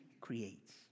creates